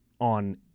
on